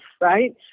right